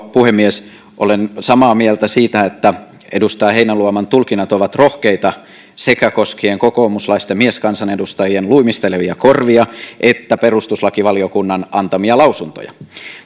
puhemies olen samaa mieltä siitä että edustaja heinäluoman tulkinnat ovat rohkeita koskien sekä kokoomuslaisten mieskansanedustajien luimistelevia korvia että perustuslakivaliokunnan antamia lausuntoja